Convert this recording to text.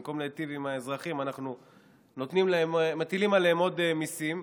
במקום להיטיב עם האזרחים אנחנו מטילים עליהם עוד מיסים.